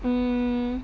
mm